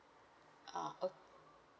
ah oh